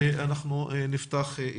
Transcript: בוקר טוב.